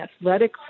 athletic